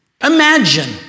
Imagine